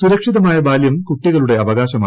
സുരക്ഷിതമായ ബാല്യം കൂട്ടികളുടെ അവകാശമാണ്